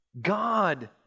God